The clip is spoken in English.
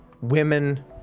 women